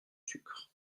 sucre